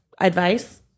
advice